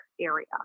area